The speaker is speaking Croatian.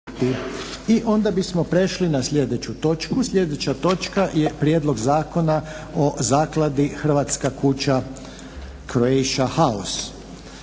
I onda bismo prešli na sljedeću točku. Sljedeća točka je - Prijedlog zakona o Zakladi "Hrvatska kuća – Croatia House",